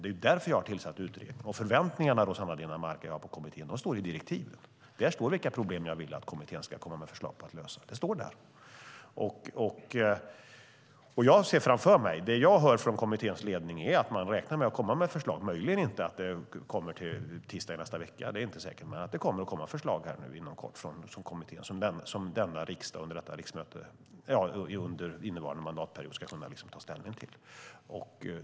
Det är därför som jag har tillsatt utredningen. Förväntningarna, Rosanna Dinamarca, som jag har på kommittén står i direktivet. Där står det vilka problem som jag vill att kommittén ska komma med förslag för att lösa. Det som jag hör från kommitténs ledning är att man räknar med att komma med förslag, möjligen inte till tisdag nästa vecka; det är inte säkert. Men det kommer förslag inom kort från kommittén som denna riksdag under innevarande mandatperiod ska kunna ta ställning till.